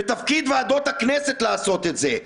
ותפקיד ועדות הכנסת לעשות את זה.